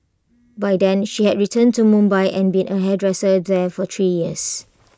by then she had returned to Mumbai and been A hairdresser there for three years